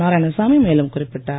நாராயணசாமி மேலும் குறிப்பிட்டார்